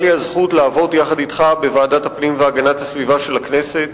היתה לי הזכות לעבוד יחד אתך בוועדת הפנים והגנת הסביבה של הכנסת,